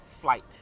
flight